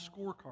scorecard